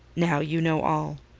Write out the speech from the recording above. now you know all.